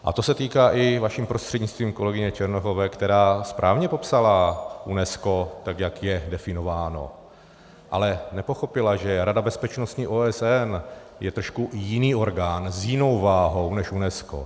A to se týká, vaším prostřednictvím, i kolegyně Černochové, která správně popsala UNESCO, tak jak je definováno, ale nepochopila, že Rada bezpečnosti OSN je trošku jiný orgán, s jinou váhou než UNESCO.